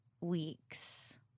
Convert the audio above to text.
weeks